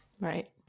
Right